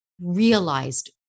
realized